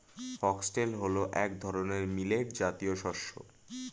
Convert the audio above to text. foxtail হল এক ধরনের মিলেট জাতীয় শস্য